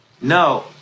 No